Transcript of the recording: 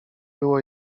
było